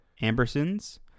ambersons